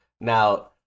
Now